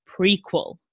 prequel